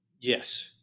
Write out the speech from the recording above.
Yes